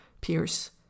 pierce